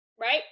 right